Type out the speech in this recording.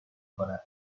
کند